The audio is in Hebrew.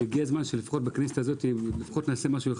והגיע הזמן שבכנסת הזאת לפחות נעשה משהו,